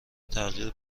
تغییر